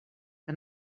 que